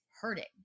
hurting